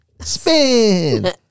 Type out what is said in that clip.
Spin